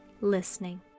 listening